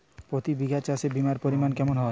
প্রতি বিঘা চাষে বিমার পরিমান কেমন হয়?